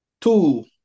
two